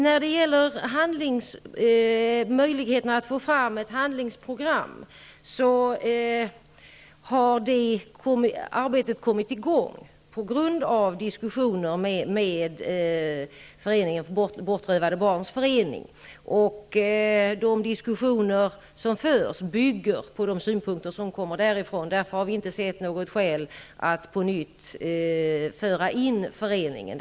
Arbetet med att ta fram ett handlingsprogram har kommit i gång som en följd av diskussioner med representanter för Bortrövade barns förening. De diskussioner som förs bygger på de synpunkter som kommer därifrån. Vi har därför inte sett något skäl att på nytt föra in föreningen i arbetet.